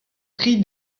tri